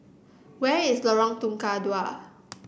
where is Lorong Tukang Dua